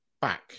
back